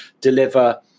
deliver